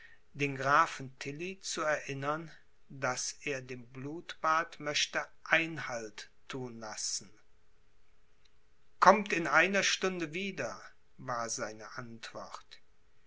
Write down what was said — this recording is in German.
den grafen tilly zu erinnern daß er dem blutbad möchte einhalt thun lassen kommt in einer stunde wieder war seine antwort